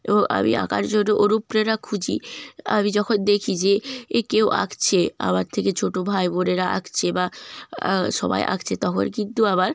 এবং আমি আঁকার জন্য অনুপ্রেরণা খুঁজি আমি যখন দেখি যে এ কেউ আঁকছে আমার থেকে ছোটো ভাই বোনেরা আঁকছে বা সবাই আঁকছে তখন কিন্তু আমার